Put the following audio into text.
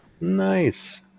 Nice